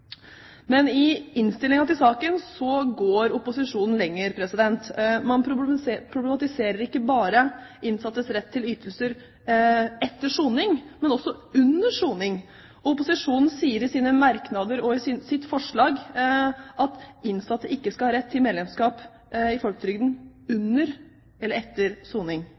Men i innstillingen til saken går opposisjonen lenger. Man problematiserer ikke bare innsattes rett til ytelser etter soning, men også under soning. Opposisjonen sier i sine merknader og i sitt forslag at innsatte ikke skal ha rett til medlemskap i folketrygden under eller etter soning,